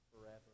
forever